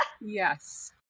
Yes